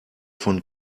von